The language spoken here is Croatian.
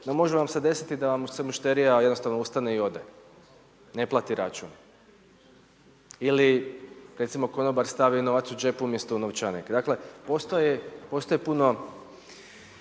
No može vam se desiti da vam se mušterija jednostavno ustane i ode, ne plati račun. Ili recimo konobar stavi jednu …/Govornik se ne razumije./… u džep umjesto u novčanik. Dakle, postoje puno